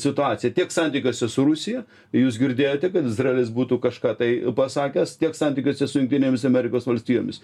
situaciją tiek santykiuose su rusija jūs girdėjote kad izraelis būtų kažką tai pasakęs tiek santykiuose su jungtinėmis amerikos valstijomis